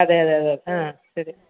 അതെ അതെ അതെ ആ ശരി